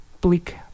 bleak